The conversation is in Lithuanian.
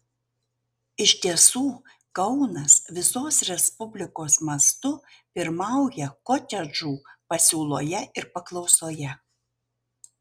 iš tiesų kaunas visos respublikos mastu pirmauja kotedžų pasiūloje ir paklausoje